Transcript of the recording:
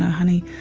honey,